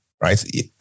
right